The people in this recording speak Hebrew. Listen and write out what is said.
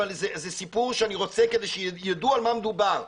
אבל זה סיפור ואני רוצה שידעו על מה מדובר.